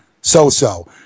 so-so